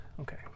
Okay